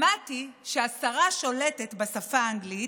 למדתי שהשרה שולטת בשפה האנגלית,